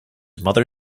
mother